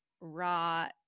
raw